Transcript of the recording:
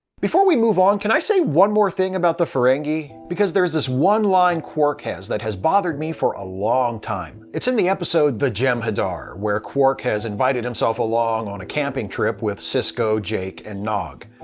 before we move on, can i say one more thing about the ferengi? because there's this one line quark has that has bothered me for a long time. it's in the episode the jem'hadar, where quark has invited himself along on a camping trip with sisko, jake and nog.